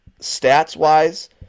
stats-wise